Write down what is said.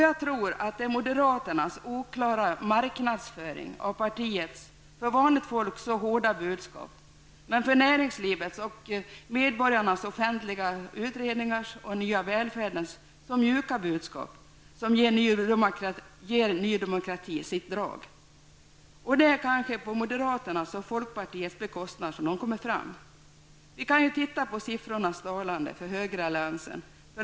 Jag tror det är moderaternas oklara marknadsföring av partiets för vanligt folk så hårda budskap men för näringslivet, medborgarnas offentliga utredningar och den nya välfärden så mjuka budskap som ger ny demokrati sitt drag. Det är kanske på moderaternas och folkpartiets bekostnad som det partiet går framåt. Vi kan se de dalande siffrorna för högeralliansen.